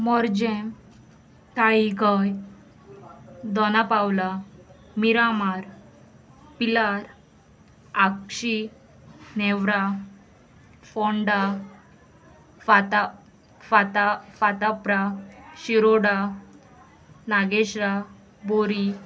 मोर्जें ताळीगय दोनापावला मिरामार पिलार आगशी नेवरा फोंडा फाता फाता फाताप्रा शिरोडा नागेश्रा बोरी